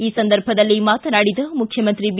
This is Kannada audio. ಈ ಸಂದರ್ಭದಲ್ಲಿ ಮಾತನಾಡಿದ ಮುಖ್ಯಮಂತ್ರಿ ಬಿ